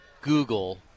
google